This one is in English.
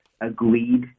agreed